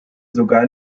sogar